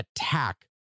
attack